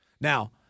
Now